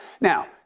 Now